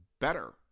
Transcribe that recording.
better